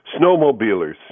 Snowmobilers